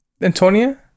antonia